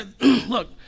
Look